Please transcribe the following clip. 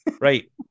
Right